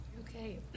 Okay